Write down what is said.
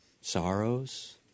sorrows